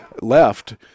left